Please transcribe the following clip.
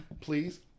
Please